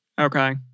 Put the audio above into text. Okay